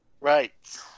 Right